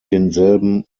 denselben